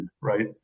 right